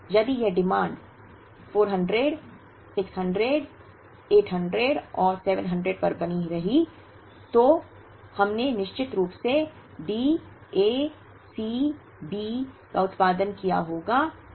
यदि यह मांग 400 600 800 और 700 पर बनी रही तो हमने निश्चित रूप से D A C B का उत्पादन किया होगा